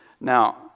Now